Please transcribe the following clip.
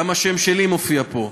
גם השם שלי מופיע פה,